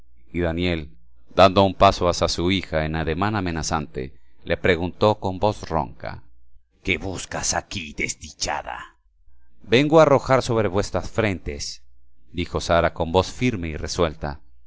y daniel dando un paso hacia su hija en ademán amenazante le preguntó con voz ronca qué buscas aquí desdichada vengo a arrojar sobre vuestras frentes dijo sara con voz firme y resuelta